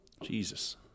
jesus